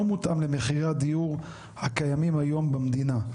מותאם למחירי הדיור הקיימים היום במדינה.